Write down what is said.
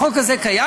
החוק הזה קיים.